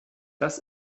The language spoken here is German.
das